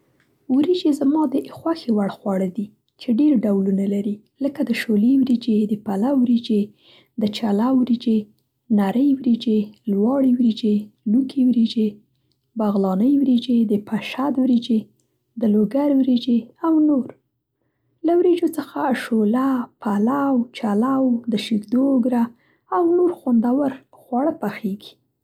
ورېجې زما د خوښې وړ خواړه دي چې ډېر ډولونه لري، لکه د شولې وریجې، د پلو وریجې، د چلو وریجې، نرۍ وریجې، لواړې وریجې، لوکې وریجې، بغلانۍ وریجې، د پشد وریجې، د لوګر وریجې او نور. له وریجو څخه شوله، پلو، چلو، د شیدو اوږره او نور خوندور خواړه پخېږي.